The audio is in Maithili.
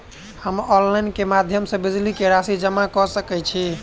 हम ऑनलाइन केँ माध्यम सँ बिजली कऽ राशि जमा कऽ सकैत छी?